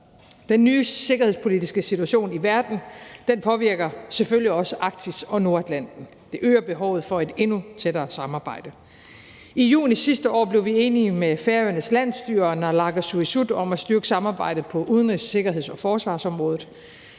Den nye sikkerhedspolitiske situation i verden påvirker selvfølgelig også Arktis og Nordatlanten. Det øger behovet for et endnu tættere samarbejde. I juni sidste år blev vi enige med Færøernes landsstyre og naalakkersuisut om at styrke samarbejdet på udenrigs-, sikkerheds- og forsvarsområdet.